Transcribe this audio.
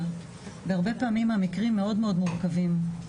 - הרבה פעמים המקרים מאוד מורכבים.